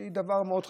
שהיא דבר מאוד חשוב,